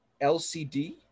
LCD